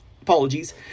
Apologies